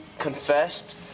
confessed